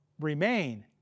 remain